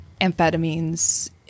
amphetamines